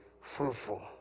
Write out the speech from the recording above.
fruitful